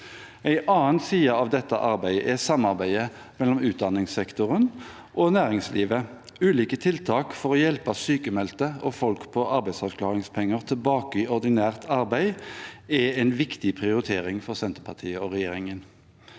En annen side av dette arbeidet er samarbeidet mellom utdanningssektoren og næringslivet. Ulike tiltak for å hjelpe sykmeldte og folk på arbeidsavklaringspenger tilbake i ordinært arbeid er en viktig prioritering for Senterpartiet og regjeringen.